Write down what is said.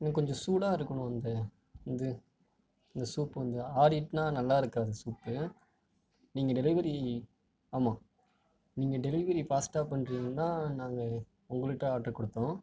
இன்னும் கொஞ்சம் சூடாக இருக்கணும் அந்த இந்த இந்த சூப் வந்து ஆறிட்டுன்னா நல்லா இருக்காது சூப்பு நீங்கள் டெலிவரி ஆமாம் நீங்கள் டெலிவரி ஃபாஸ்ட்டாக பண்ணுறீங்கன்னு தான் நாங்கள் உங்களுகிட்ட ஆர்ட்ரு கொடுத்தோம்